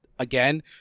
again